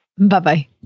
Bye-bye